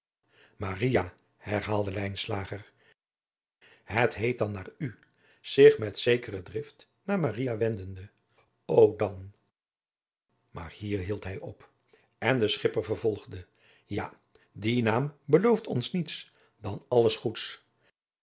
het heet dan naar u zich met zekere drift naar maria wendende o dan maar hier hield hij op en de schipper vervolgde ja die naam belooft ons niets dan alles goeds